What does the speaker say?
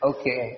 Okay